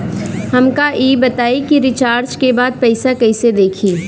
हमका ई बताई कि रिचार्ज के बाद पइसा कईसे देखी?